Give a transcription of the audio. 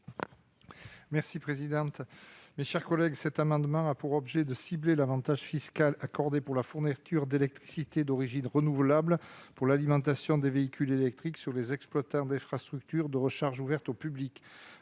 : La parole est à M. Bernard Buis. Cet amendement a pour objet de cibler l'avantage fiscal accordé pour la fourniture d'électricité d'origine renouvelable pour l'alimentation des véhicules électriques sur les exploitants d'infrastructures de recharge ouvertes au public.